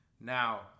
Now